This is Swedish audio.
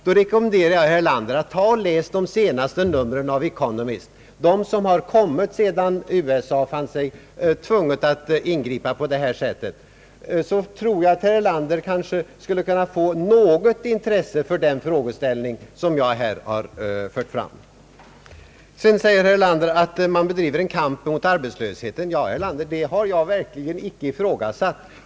Då rekommenderar jag herr Erlander att läsa de senaste numren av Economist, de nummer som har kommit ut sedan USA fann sig tvunget att ingripa på detta sätt. Jag tror att herr Erlander då skulle kunna få något intresse för den frågeställning som jag här har fört fram. Herr Erlander säger, att man bedriver en kamp mot arbetslösheten. Ja, herr Erlander, det har jag verkligen inte ifrågasatt.